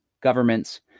governments